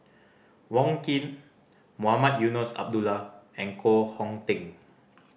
Wong Keen Mohamed Eunos Abdullah and Koh Hong Teng